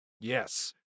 Yes